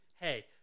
hey